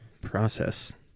Process